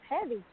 heavy